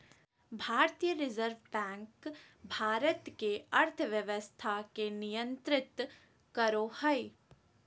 भारतीय reserve bank भारत के अर्थव्यवस्था के नियन्त्रित करो हइ